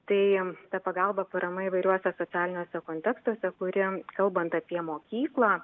tai pagalba parama įvairiuose socialiniuose kontekstuose kurie kalbant apie mokyklą